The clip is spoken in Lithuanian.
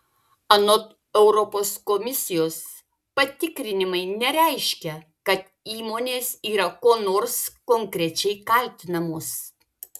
anot europos komisijos patikrinimai nereiškia kad įmonės yra kuo nors konkrečiai kaltinamos